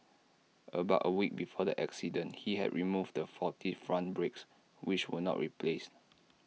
about A week before the accident he had removed the faulty front brakes which were not replaced